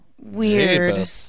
Weird